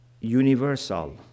universal